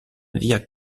via